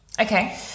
Okay